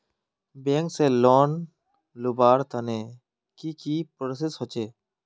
Bank से loan लुबार तने की की प्रोसेस होचे?